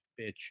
Bitch